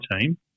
team